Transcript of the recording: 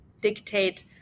dictate